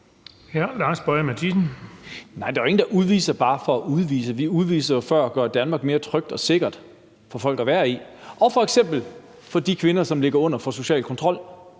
12:17 Lars Boje Mathiesen (UFG): Nej, der er jo ingen, der udviser bare for at udvise. Vi udviser jo for at gøre Danmark mere trygt og sikkert for folk at være i, og vi gør det f.eks. også for de kvinder, som ligger under for social kontrol,